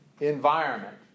environment